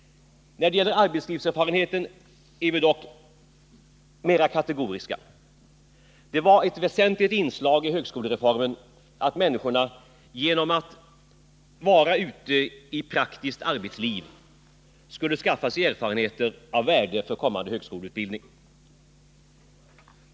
När det gäller arbetslivserfarenheten är vi dock mera kategoriska. Det var ett väsentligt inslag i högskolereformen att människorna genom att vara ute i praktiskt arbetsliv skulle skaffa sig erfarenheter av värde för kommande högskoleutbildning.